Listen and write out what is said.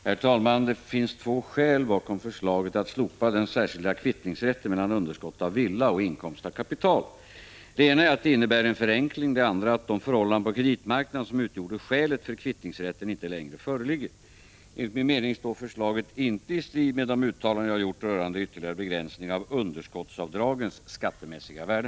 Herr talman! Det finns två skäl bakom förslaget att slopa den särskilda kvittningsrätten mellan underskott av villa och inkomst av kapital. Det ena är att det innebär en förenkling, det andra att de förhållanden på kreditmarknaden som utgjorde skälet för kvittningsrätten inte längre föreligger. Enligt min mening står förslaget inte i strid med de uttalanden jag har gjort rörande ytterligare begränsningar av underskottsavdragens skattemässiga värde.